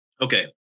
Okay